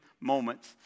moments